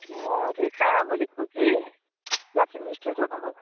म रेखा बोलेको कि लक्ष्मी स्टोर हो